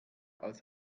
als